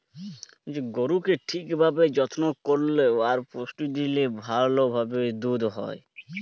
গরুকে ঠিক ভাবে যত্ন করল্যে আর পুষ্টি দিলে ভাল ভাবে দুধ হ্যয়